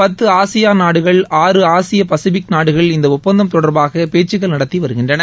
பத்து ஆசியான் நாடுகள் ஆறு ஆசிய பசிபிக் நாடுகள் இந்த ஒப்பந்தம் தொடர்பாக பேச்சுக்கள் நடத்தி வருகின்றன